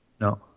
No